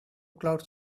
cloud